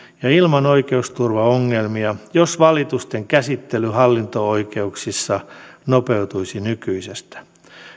ja ilman oikeusturvaongelmia jos valitusten käsittely hallinto oikeuksissa nopeutuisi nykyisestä